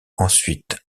ensuite